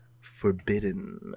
forbidden